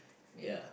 ya